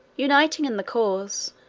uniting in the cause,